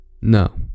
No